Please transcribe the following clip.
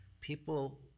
people